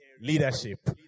leadership